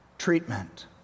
treatment